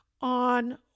on